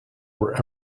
were